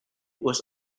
was